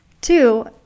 two